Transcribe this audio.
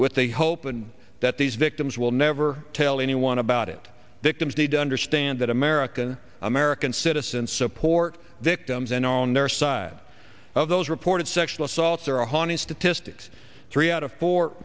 a hope and that these victims will never tell anyone about it victims need to understand that american american citizen support victims and on their side of those reported sexual assaults are a haunting statistics three out of four